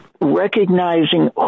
recognizing